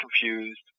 confused